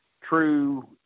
true